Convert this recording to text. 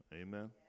Amen